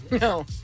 No